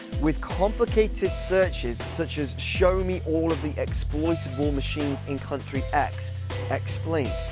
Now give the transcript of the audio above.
with complicated searches such as show me all of the exploitable machines in country x explained.